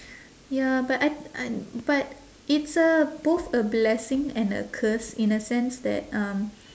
ya but I I but it's a both a blessing and a curse in a sense that um